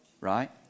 Right